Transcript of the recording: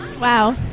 Wow